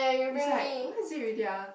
is like what is it already ah